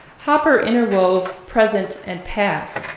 hopper interwove present and past.